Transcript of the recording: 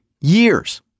years